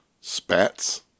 spats